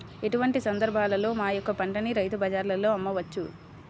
ఎటువంటి సందర్బాలలో మా యొక్క పంటని రైతు బజార్లలో అమ్మవచ్చు?